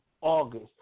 August